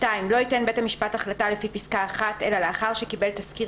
(2)לא ייתן בית המשפט החלטה לפי פסקה (1) אלא לאחר שקיבל תסקיר